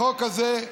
בחוק הזה,